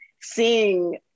seeing